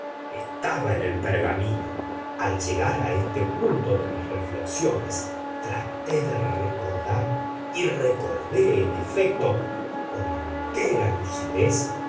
estaba en el pergamino al llegar a este punto de mis reflexiones traté de recordar y recordé en efecto con entera lucidez